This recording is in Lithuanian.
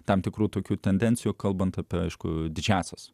tam tikrų tokių tendencijų kalbant apie aišku didžiąsias